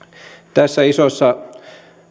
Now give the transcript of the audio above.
tässä isossa